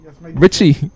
Richie